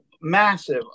massive